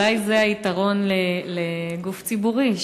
אולי זה היתרון לגוף ציבורי,